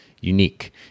unique